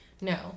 no